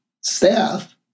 staff